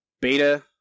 Beta